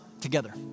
together